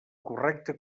correcta